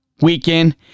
weekend